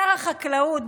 שר החקלאות,